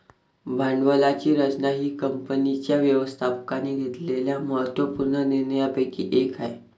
भांडवलाची रचना ही कंपनीच्या व्यवस्थापकाने घेतलेल्या महत्त्व पूर्ण निर्णयांपैकी एक आहे